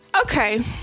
okay